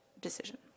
decision